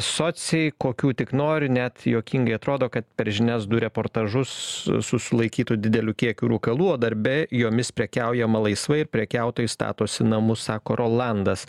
socei kokių tik nori net juokingai atrodo kad per žinias du reportažus su sulaikytu dideliu kiekiu rūkalų o darbe jomis prekiaujama laisvai ir prekiautojai statosi namus sako rolandas